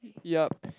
yup